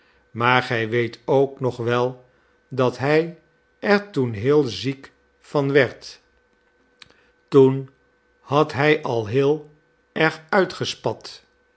maar gij weet ook nog wel dat hij er toen heel ziek van werd toen had hij al heel erg uitgespat